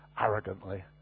arrogantly